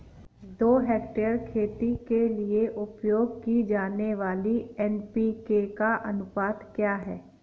दो हेक्टेयर खेती के लिए उपयोग की जाने वाली एन.पी.के का अनुपात क्या है?